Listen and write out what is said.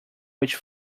which